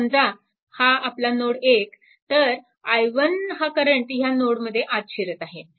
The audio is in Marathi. समजा हा आपला नोड 1 तर i1 हा करंट ह्या नोड मध्ये आत शिरत आहे